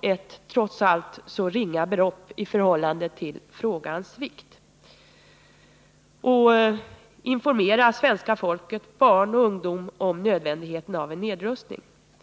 ett trots allt i förhållande till frågans vikt så ringa belopp för att informera svenska folket, inkl. barn och ungdom, om nödvändigheten av en nedrustning.